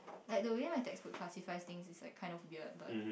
like do we like to classified thing is like kind of weird but